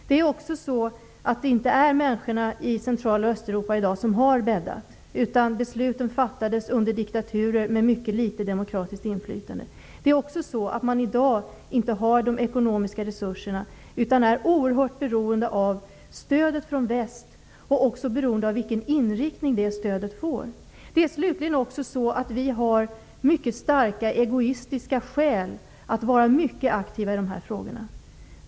Det är inte människorna i centrala Östeuropa som har bäddat. Besluten fattades under diktaturer med mycket litet demokratiskt inflytande. I dag har man inte heller ekonomiska resurser utan är oerhört beroende av stöd från väst och av vilken inriktning det stödet har. Vi har starka egoistiska skäl att vara mycket aktiva i dessa frågor.